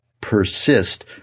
persist